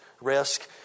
risk